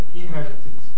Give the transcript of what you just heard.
inherited